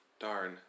darn